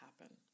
happen